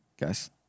Guys